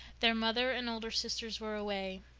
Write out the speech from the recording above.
their mother and older sisters were away.